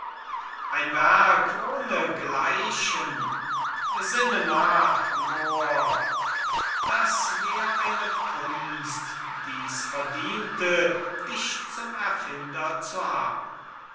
ein werk ohne gleichen sinne nach moor das wär eine kunst die's verdiente dich zum erfinder zu haben